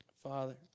Father